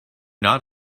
not